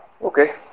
Okay